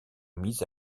mises